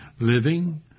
living